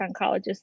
oncologist